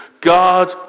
God